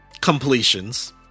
completions